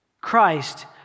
Christ